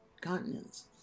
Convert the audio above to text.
continents